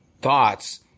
thoughts